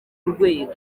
urwego